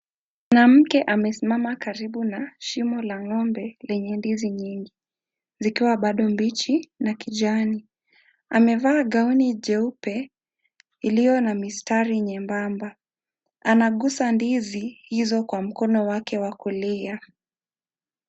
Mwanamke amesimama karibu na shimo la ng'ombe lenye ndizi nyingi, zikiwa bado mbichi na kijani. Amevaa gauni jeupe iliyo na mistari nyembamba. Anaguza ndizi hizo kwa mkono wake wa kulia.